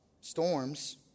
Storms